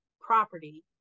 property